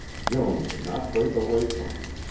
joan could not break away from him.